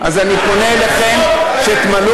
אז אני פונה אליכם שתמלאו,